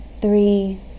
Three